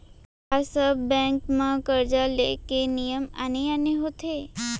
का सब बैंक म करजा ले के नियम आने आने होथे?